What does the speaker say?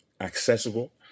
accessible